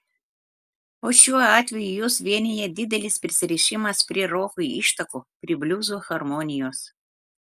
o šiuo atveju juos vienija didelis prisirišimas prie roko ištakų prie bliuzo harmonijos